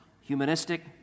humanistic